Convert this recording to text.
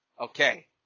Okay